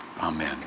amen